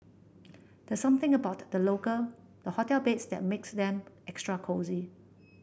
there's something about the local the hotel beds that makes them extra cosy